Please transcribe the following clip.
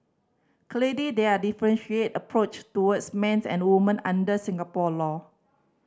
there are differentiated approach towards men's and woman under Singapore law